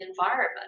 environment